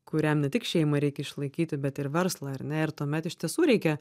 kuriam ne tik šeimą reikia išlaikyti bet ir verslą ar ne ir tuomet iš tiesų reikia